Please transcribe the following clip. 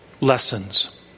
lessons